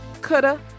coulda